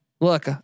Look